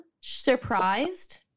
surprised